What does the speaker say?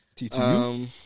TTU